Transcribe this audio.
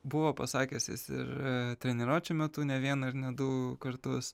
buvo pasakęs jis ir treniruočių metu ne vieną ir ne du kartus